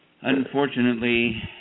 Unfortunately